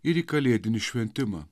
ir į kalėdinį šventimą